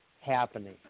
happening